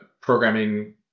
programming